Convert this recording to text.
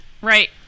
right